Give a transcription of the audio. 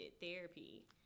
therapy